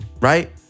right